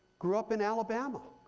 grew up in alabama.